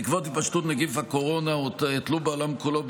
בעקבות התפשטות נגיף הקורונה הוטלו בעולם כולו,